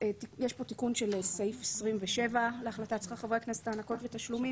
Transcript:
יש פה תיקון של סעיף 27 להחלטת שכר חברי הכנסת (הענקות ותשלומים),